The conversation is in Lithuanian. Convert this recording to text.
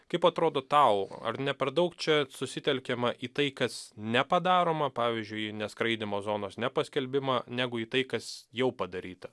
kaip atrodo tau ar ne per daug čia susitelkiama į tai kas nepadaroma pavyzdžiui neskraidymo zonos nepaskelbimą negu į tai kas jau padaryta